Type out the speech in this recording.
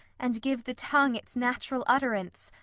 and give the tongue its natural utterance,